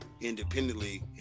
independently